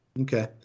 okay